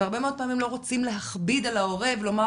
והרבה פעמים לא רוצים להכביד על ההורה ולומר